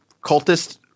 cultist